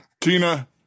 Tina